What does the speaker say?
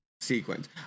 sequence